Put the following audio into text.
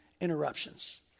interruptions